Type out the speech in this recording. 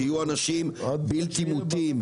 שיהיו אנשים בלתי מוטים,